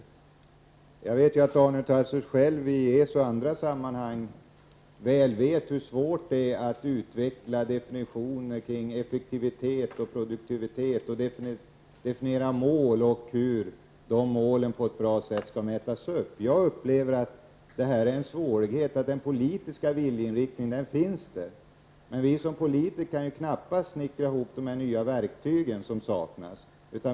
Jag vet att Daniel Tarschys själv väl vet hur svårt det är att utveckla definitioner kring effektivitet och produktivitet och definiera mål och hur dessa mål på ett bra sätt skall mätas. Jag upplever att det är en svårighet. Den politiska viljeinriktningen finns, men politikerna kan knappast snickra ihop de nya verktyg som saknas.